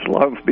love